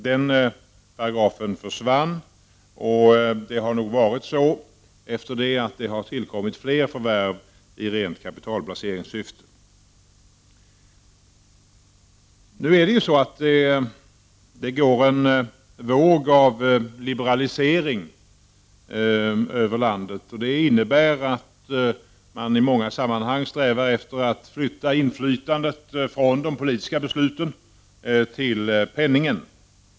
Den paragrafen försvann alltså, och därefter har det nog gjorts flera förvärv i rent kapitalplaceringssyfte. Det går nu en våg av liberalisering över landet, och det innebär att man i många sammanhang strävar efter att flytta inflytandet från de politiska instanserna till penningen.